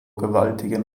gewaltigen